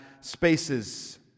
spaces